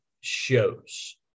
shows